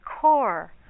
core